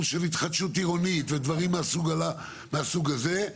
של התחדשות עירונית ודברים מהסוג הזה.